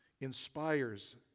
inspires